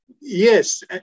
Yes